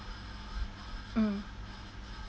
mm